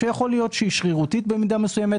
ויכול להיות שהיא שרירותית במידה מסוימת.